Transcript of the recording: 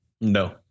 No